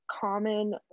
common